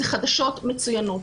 אלה חדשות מצוינות.